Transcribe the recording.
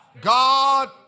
God